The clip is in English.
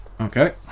Okay